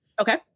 Okay